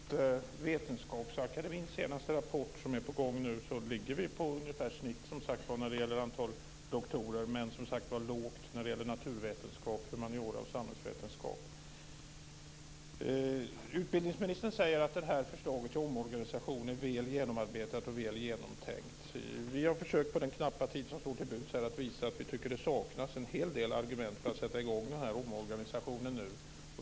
Fru talman! Enligt Vetenskapsakademiens senaste rapport som är på gång ligger vi på ungefär snitt när det gäller antalet doktorer men långt ned i fråga om naturvetenskap, humaniora och samhällsvetenskap. Utbildningsministern säger att förslaget till omorganisationen är väl genomarbetat och väl genomtänkt. Vi har försökt på den knappa tid som står till buds här att visa att vi tycker att det saknas en hel argument för att sätta i gång med den här omorganisationen.